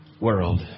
world